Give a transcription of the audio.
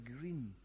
green